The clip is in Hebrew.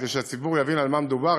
כדי שהציבור יבין על מה מדובר,